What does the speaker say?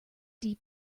deep